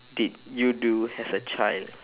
did you do as a child